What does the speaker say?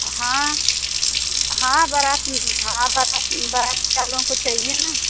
हाँ हाँ हाँ बारात हाँ बारात बाराती वालों को चाहिए न